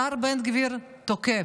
השר בן גביר תוקף: